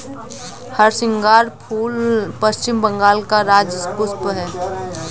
हरसिंगार फूल पश्चिम बंगाल का राज्य पुष्प है